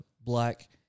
Black